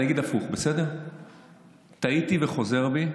אני אגיד הפוך, טעיתי ואני חוזר בי: